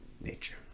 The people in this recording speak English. nature